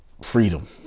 freedom